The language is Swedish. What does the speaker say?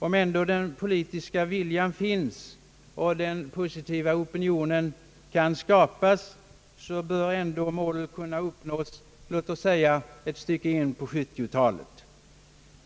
Om den politiska viljan finns och en positiv opinion kan skapas bör ändå målet kunna uppnås låt oss säga ett stycke in på 1970-talet.